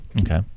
Okay